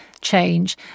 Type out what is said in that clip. change